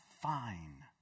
fine